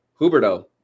Huberto